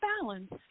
balance